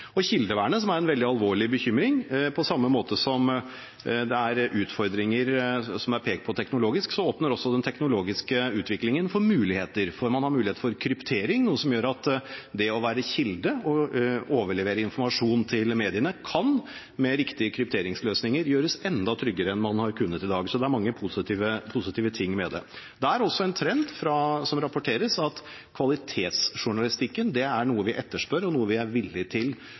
kildevernet, som er en veldig alvorlig bekymring, er det, som det er pekt på, utfordringer teknologisk, men samtidig åpner den teknologiske utviklingen også for muligheter, for man har mulighet for kryptering, noe som gjør at det å være kilde, overlevere informasjon til mediene, med riktige krypteringsløsninger kan gjøres enda tryggere enn man har kunnet i dag. Så det er mange positive ting med det. En trend som også rapporteres, er at kvalitetsjournalistikk er noe vi etterspør og noe vi er villig til